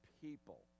people